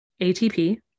ATP